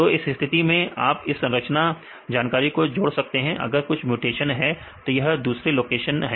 तो इस स्थिति में आप इस संरचना जानकारी को जोड़ सकते हैं अगर कुछ म्यूटेशंस है तो यह दूसरे लोकेशन हैं